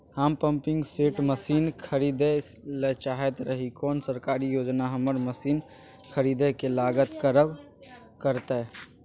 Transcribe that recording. हम pumping set मसीन खरीदैय ल चाहैत रही कोन सरकारी योजना हमर मसीन खरीदय के लागत कवर करतय?